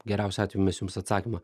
geriausiu atveju mes jums atsakymą